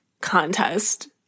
contest